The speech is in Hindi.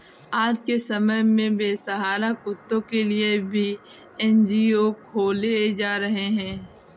आज के समय में बेसहारा कुत्तों के लिए भी एन.जी.ओ खोले जा रहे हैं